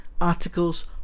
articles